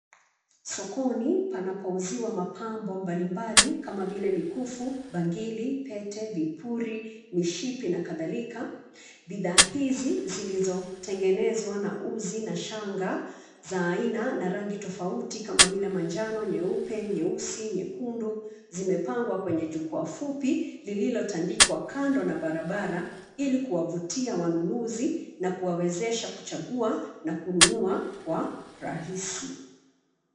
Sokoni panapouziwa mapambo mbalimbali kama vile mikufu, bangili, pete, vipuli, mishipi na kadhalika. Bidhaa hizi zilizotengenezwa kwa uzi na shanga za aina na rangi tofauti kama vile manjano, nyeupe, nyeusi, nyekundu zimepangwa kwenye jukwaa fupi lililotandikwa kando ya barabara ili kuwavutia wanunuzi na kuwawezesha kuchagua na kununua Kwa urahisi.